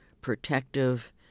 protective